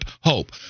Hope